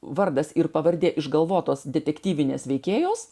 vardas ir pavardė išgalvotos detektyvinės veikėjos